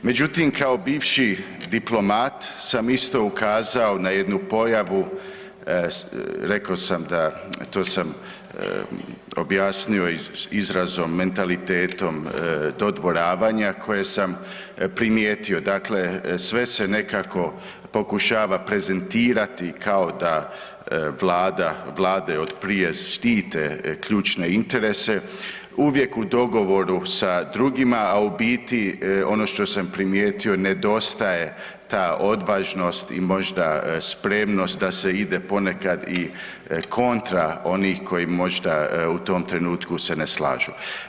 Međutim, kao bivši diplomat sam isto ukazao na jednu pojavu, rekao sam da, to sam objasnio izrazom „mentalitetom dodvoravanja“ koje sam primijetio, dakle sve se nekako pokušava prezentirati kao da vlada, vlade od prije štite ključne interese uvijek u dogovoru sa drugima, a u biti ono što sam primijetio nedostaje ta odvažnost i možda spremnost da se ide ponekad i kontra onih koji možda u tom trenutku se ne slažu.